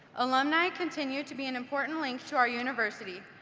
alumni continue to be an important link to our university.